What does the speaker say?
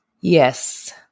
Yes